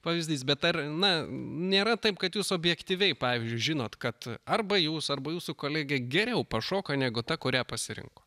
pavyzdys bet ar na nėra taip kad jūs objektyviai pavyzdžiui žinot kad arba jūs arba jūsų kolegė geriau pašoka negu ta kurią pasirinko